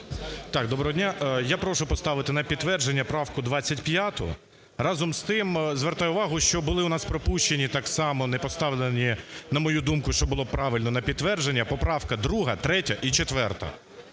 Так, доброго дня. Я прошу поставити на підтвердження правку 25. Разом з тим, звертаю увагу, що були у нас пропущені, так само не поставлені, на мою думку, що було правильно, на підтвердження поправки 2, 3 і 4.